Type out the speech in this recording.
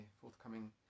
forthcoming